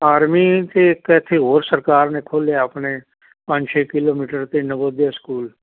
army ਅਤੇ ਇੱਕ ਇੱਥੇ ਹੋਰ ਸਰਕਾਰ ਨੇ ਖੋਲ੍ਹਿਆ ਆਪਣੇ ਪੰਜ ਛੇ ਕਿਲੋਮੀਟਰ 'ਤੇ ਨਵੋਦਿਆ ਸਕੂਲ